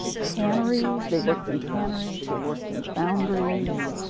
tanneries, they worked in tanneries. they worked in foundries.